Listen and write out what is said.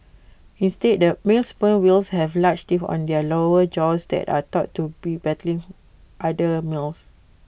instead the male sperm whales have large teeth on their lower jaws that are thought to be battling other males